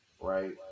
right